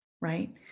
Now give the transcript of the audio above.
right